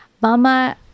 Mama